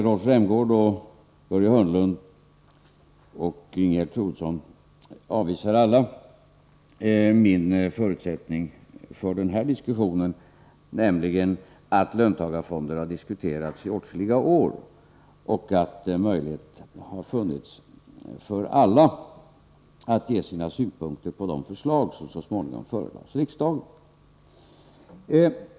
Rolf Rämgård, Börje Hörnlund och Ingegerd Troedsson avvisar alla min förutsättning för den här diskussionen, nämligen att löntagarfonder har diskuterats i åtskilliga år och att möjlighet har funnits för alla att ge sina synpunkter på de förslag som så småningom förelades riksdagen.